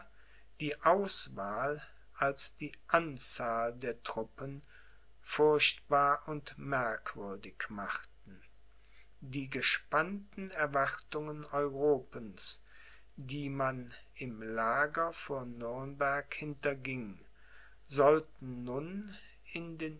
die auswahl als die anzahl der truppen furchtbar und merkwürdig machten die gespannten erwartungen europens die man im lager vor nürnberg hinterging sollten nun in den